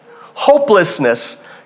hopelessness